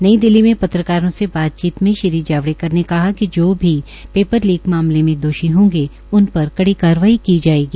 नई दिल्ली में पत्रकारों से बातचीत में श्री जावड़ेकर ने कहा कि जो भी पेपर लीक मामले मे दोषी होंगे उन पर कड़ी कार्रवाड्र की जायेगी